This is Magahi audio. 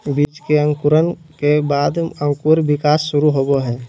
बीज के अंकुरण के बाद अंकुर विकास शुरू होबो हइ